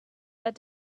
that